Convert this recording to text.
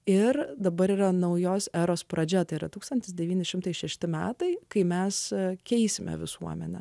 ir dabar yra naujos eros pradžia tai yra tūkstantis devyni šimtai šešti metai kai mes pakeisime visuomenę